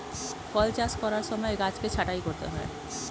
ফল চাষ করার সময় গাছকে ছাঁটাই করতে হয়